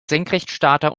senkrechtstarter